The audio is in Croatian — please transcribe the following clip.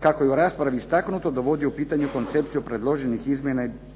kako je u raspravi istaknuto dovodi u pitanje koncepciju predloženih izmjena i dopuna